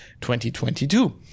2022